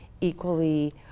equally